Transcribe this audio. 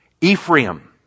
Ephraim